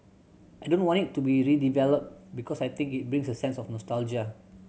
I don't want it to be redeveloped because I think it brings a sense of nostalgia